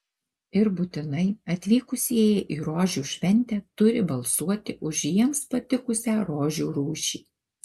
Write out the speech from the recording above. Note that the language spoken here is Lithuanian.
ir būtinai atvykusieji į rožių šventę turi balsuoti už jiems patikusią rožių rūšį